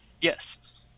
Yes